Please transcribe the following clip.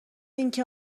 اینکه